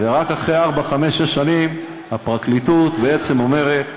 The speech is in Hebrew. ורק אחרי ארבע-חמש-שש שנים הפרקליטות בעצם אומרת: